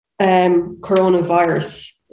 coronavirus